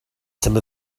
some